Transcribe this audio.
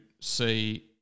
see